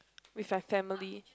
with like family